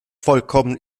vollkommen